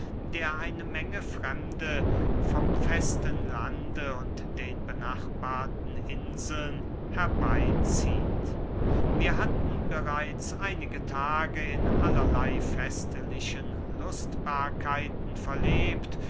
der eine menge fremde vom festen lande und den benachbarten inseln herbey zieht wir hatten bereits einige tage in allerley festlichen lustbarkeiten verlebt